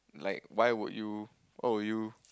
like why would you what would you